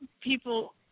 people